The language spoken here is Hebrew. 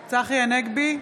הנגבי,